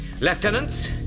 Lieutenant's